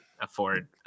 afford